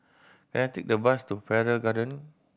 can I take a bus to Farrer Garden